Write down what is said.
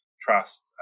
trust